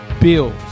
Bills